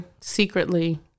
secretly